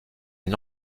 une